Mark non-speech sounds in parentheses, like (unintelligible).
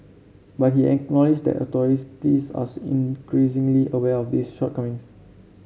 but he acknowledged that (unintelligible) are increasingly aware of these shortcomings